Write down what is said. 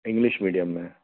English medium में है